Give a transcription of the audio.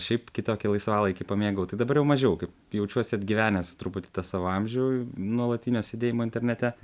šiaip kitokį laisvalaikį pamėgau tai dabar jau mažiau kaip jaučiuosi atgyvenęs truputį tą savo amžių nuolatinio sėdėjimo internete